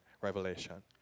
Revelation